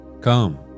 Come